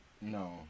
no